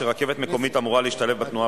אם אינני טועה,